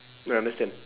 I understand